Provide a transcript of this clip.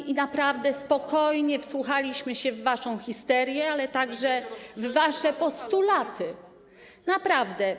Za co? ...i naprawdę spokojnie wsłuchaliśmy się w waszą histerię, ale także w wasze postulaty, naprawdę.